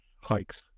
hikes